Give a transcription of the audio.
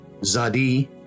Zadi